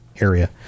area